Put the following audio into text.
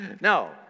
No